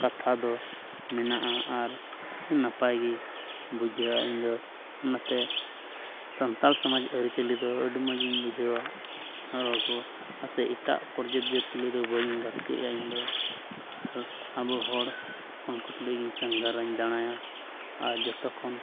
ᱠᱟᱛᱷᱟ ᱫᱚ ᱢᱮᱱᱟᱜᱼᱟ ᱟᱨ ᱱᱟᱯᱟᱭ ᱜᱮ ᱵᱩᱡᱷᱟᱹᱣᱟ ᱤᱧ ᱫᱚ ᱚᱱᱟᱛᱮ ᱥᱟᱱᱛᱟᱲ ᱥᱚᱢᱟᱡᱽ ᱟᱹᱨᱤᱪᱟᱹᱞᱤ ᱫᱚ ᱟᱹᱰᱤ ᱢᱚᱡᱽ ᱜᱤᱧ ᱵᱩᱡᱷᱟᱹᱣᱟ ᱟᱨᱦᱚᱸ ᱠᱚ ᱥᱮ ᱮᱴᱟᱜ ᱯᱚᱨᱡᱟᱹᱛ ᱛᱩᱞᱩᱡ ᱫᱚ ᱵᱟᱹᱧ ᱜᱟᱛᱮᱜᱼᱟ ᱤᱧ ᱫᱚ ᱟᱨ ᱟᱵᱚ ᱦᱚᱲ ᱦᱚᱯᱚᱱ ᱠᱚ ᱛᱩᱞᱩᱡ ᱜᱮᱧ ᱥᱟᱸᱜᱷᱟᱨᱟ ᱫᱟᱲᱟᱭᱟ ᱟᱨ ᱡᱚᱛᱚ ᱠᱷᱚᱱ